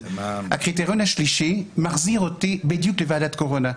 הקריטריון השלישי מחזיר אותי בדיוק לוועדת קורונה.